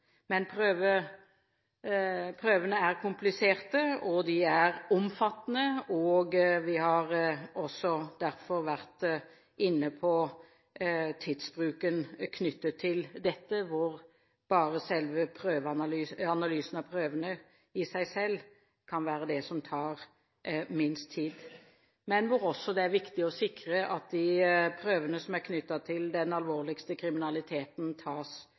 Men prøvene er kompliserte og omfattende, og vi har derfor også vært inne på tidsbruken knyttet til dette, hvor bare selve analysen av prøvene i seg selv kan være det som tar minst tid, men hvor det også er viktig å sikre at de prøvene som er knyttet til den alvorligste kriminaliteten, tas